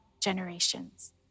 generations